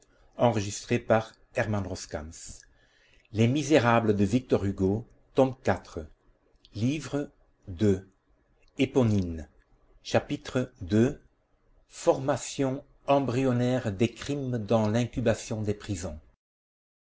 de l'alouette chapitre ii formation embryonnaire des crimes dans l'incubation des prisons